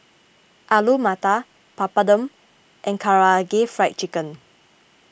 Alu Matar Papadum and Karaage Fried Chicken